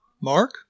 Mark